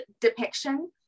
depiction